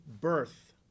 birth